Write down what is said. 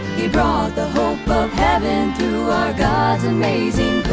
he brought the hope of heaven through our god's amazing